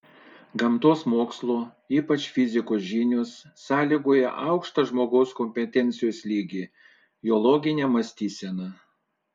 gamtos mokslų ypač fizikos žinios sąlygoja aukštą žmogaus kompetencijos lygį jo loginę mąstyseną